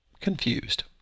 confused